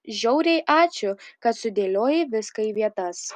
žiauriai ačiū kad sudėliojai viską į vietas